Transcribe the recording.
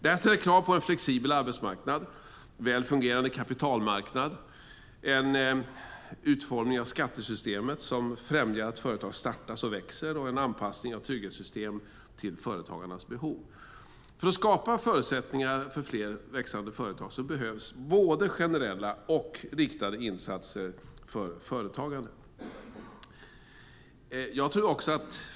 Det ställer krav på en flexibel arbetsmarknad, en väl fungerande kapitalmarknad, en utformning av skattesystemet som främjar att företag startas och växer och en anpassning av trygghetssystemen till företagarnas behov. För att skapa förutsättningar för fler växande företag behövs både generella och riktade insatser för företagande.